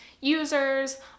users